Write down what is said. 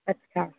अछा